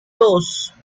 dos